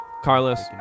Carlos